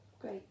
Great